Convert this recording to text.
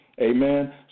Amen